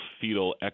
fetal